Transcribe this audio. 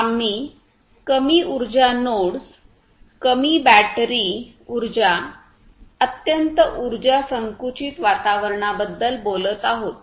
आम्ही कमी उर्जा नोड्स कमी बॅटरी उर्जा अत्यंत उर्जा संकुचित वातावरणाबद्दल बोलत आहोत